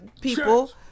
people